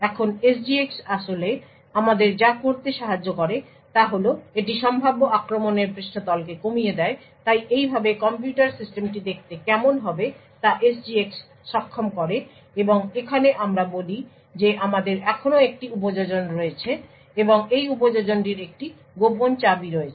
এখন SGX আসলে আমাদের যা করতে সাহায্য করে তা হল এটি সম্ভাব্য আক্রমণের পৃষ্ঠতলকে কমিয়ে দেয় তাই এইভাবে কম্পিউটার সিস্টেমটি দেখতে কেমন হবে তা SGX সক্ষম করে এবং এখানে আমরা বলি যে আমাদের এখনও একটি উপযোজন রয়েছে এবং এই উপযোজনটির একটি গোপন চাবি রয়েছে